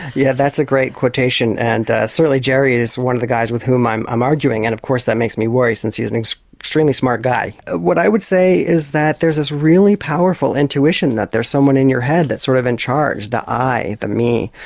yeah that's a great quotation and certainly jerry is one of the guys with whom i'm i'm arguing. and of course that makes me worry, since he is an extremely smart guy. what i would say is that there's this really powerful intuition that there's someone in your head that's sort of in charge the i, the me,